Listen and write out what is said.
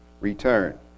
return